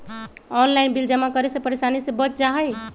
Online bill जमा करे से परेशानी से बच जाहई?